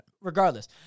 Regardless